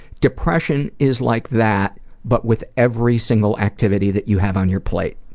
depression is like that but with every single activity that you have on your plate.